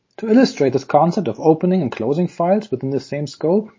to illustrate this concept of opening and closing files within the same scope,